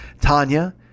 Tanya